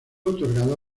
otorgada